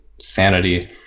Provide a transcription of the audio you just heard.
sanity